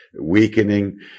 Weakening